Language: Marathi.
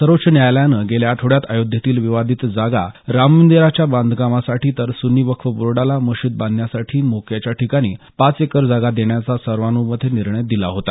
सर्वोच्च न्यायालयानं गेल्या आठवड्यात आयोध्येतील विवादित जागा राम मंदिराच्या बांधणीसाठी तर सुन्नी वक्फ बोर्डाला मशीद बांधण्यासाठी मोक्याच्या ठिकाणी पाच एकर जागा देण्याचा सर्वानुमते निर्णय दिला होता